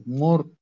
more